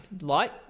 light